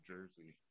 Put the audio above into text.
Jersey